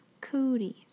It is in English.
Cooties